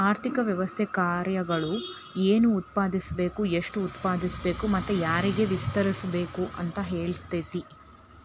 ಆರ್ಥಿಕ ವ್ಯವಸ್ಥೆ ಕಾರ್ಯಗಳು ಏನ್ ಉತ್ಪಾದಿಸ್ಬೇಕ್ ಎಷ್ಟು ಉತ್ಪಾದಿಸ್ಬೇಕು ಮತ್ತ ಯಾರ್ಗೆ ವಿತರಿಸ್ಬೇಕ್ ಅಂತ್ ಹೇಳ್ತತಿ